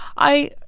i